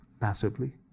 passively